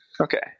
Okay